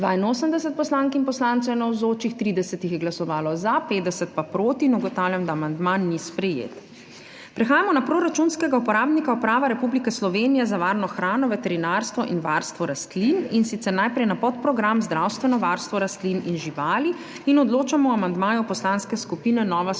za, 50 pa proti. (Za je glasovalo 30.) (Proti 50.) Ugotavljam, da amandma ni sprejet. Prehajamo na proračunskega uporabnika Uprava Republike Slovenije za varno hrano, veterinarstvo in varstvo rastlin, in sicer najprej na podprogram Zdravstveno varstvo rastlin in živali in odločamo o amandmaju Poslanske skupine Nova Slovenija